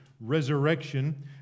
resurrection